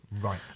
Right